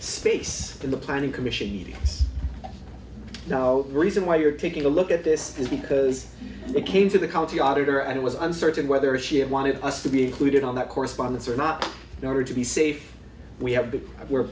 space in the planning commission meeting no reason why you're taking a look at this is because it came to the county auditor and it was uncertain whether she had wanted us to be included on that correspondence or not never to be safe we have been we're